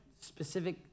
specific